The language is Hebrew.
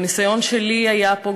הניסיון שלי היה פה,